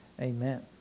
Amen